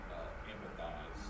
empathize